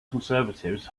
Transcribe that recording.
conservatives